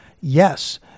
yes